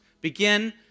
Begin